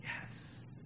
yes